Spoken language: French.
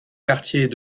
quartiers